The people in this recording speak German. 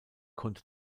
konnte